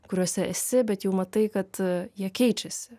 kuriuose esi bet jau matai kad jie keičiasi